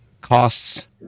costs